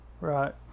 Right